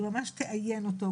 היא ממש תאיין אותו.